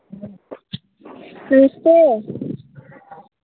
नमस्ते